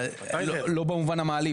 לא במובן המעליב,